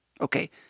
Okay